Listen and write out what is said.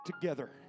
together